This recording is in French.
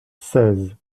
seize